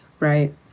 right